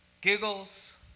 giggles